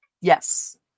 Yes